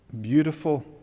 beautiful